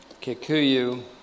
Kikuyu